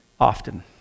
Often